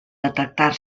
detectar